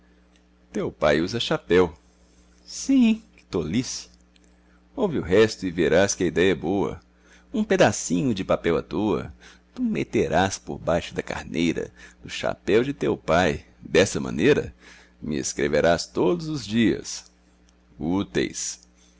teu pai usa chapéu sim que tolice ouve o resto e verás que a idéia é boa um pedacinho de papel à-toa tu meterás por baixo da carneira do chapéu de teu pai dessa maneira me escreverás todos os dias úteis